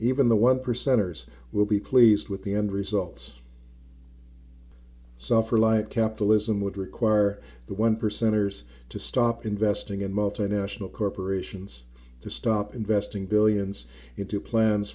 even the one percenters will be pleased with the end results suffer like capitalism would require the one percenters to stop investing in multinational corporations to stop investing billions into plans